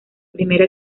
primera